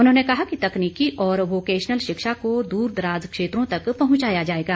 उन्होंने कहा कि तकनीकी और वोकेशनल शिक्षा को दूरदराज क्षेत्रों तक पहुंचाया जाएगा